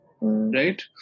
Right